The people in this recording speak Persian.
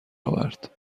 آورد